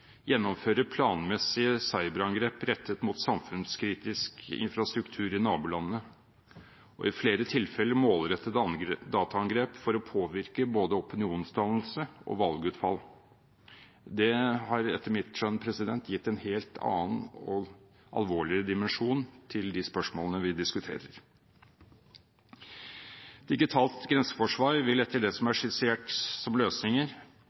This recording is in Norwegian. gjennomfører planmessige cyberangrep rettet mot samfunnskritisk infrastruktur i nabolandene og i flere tilfeller målrettede dataangrep for å påvirke både opinionsdannelse og valgutfall. Det har etter mitt skjønn gitt en helt annen og alvorligere dimensjon til de spørsmålene vi diskuterer. Digitalt grenseforsvar vil etter det som er skissert som løsninger